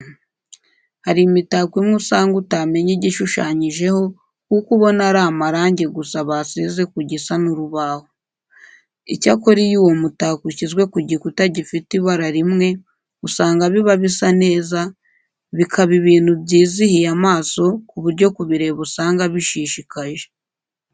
Hari imitako imwe usanga utamenya igishushanyijeho kuko ubona ari amarange gusa basize ku gisa n'urubaho. Icyakora iyo uwo mutako ushyizwe ku gikuta gifite ibara rimwe, usanga biba bisa neza, bikaba ibintu byizihiye amaso ku buryo kubireba usanga bishishikaje.